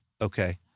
Okay